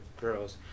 girls